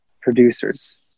producers